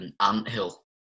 anthill